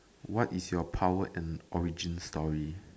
what is your power and origin story